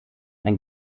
ein